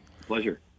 Pleasure